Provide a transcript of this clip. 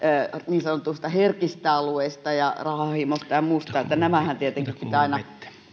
niin sanotuista herkistä alueista ja rahanhimosta ja muusta nämähän tietenkin pitää aina